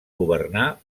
governar